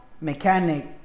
mechanic